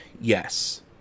Yes